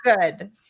good